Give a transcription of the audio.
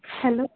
hello